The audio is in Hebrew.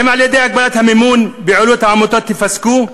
האם על-ידי הגבלת המימון פעילויות העמותות יפסקו?